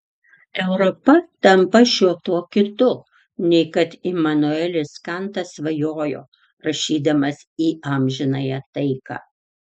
europa tampa šiuo tuo kitu nei kad imanuelis kantas svajojo rašydamas į amžinąją taiką